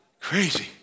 Crazy